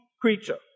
creature